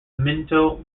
minto